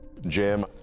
Jim